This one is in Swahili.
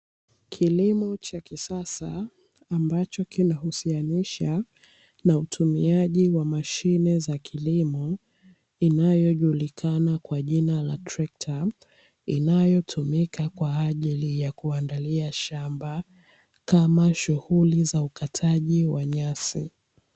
Kilimo cha kisasa ambacho kinahusianisha na utumiaji wa mashine za kilimo inayojulikana kwa jina la trekta, inayotumika kwa ajili ya kuandalia shamba kama shughuli za ukataji wa nyasi.